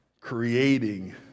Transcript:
creating